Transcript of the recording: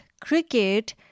cricket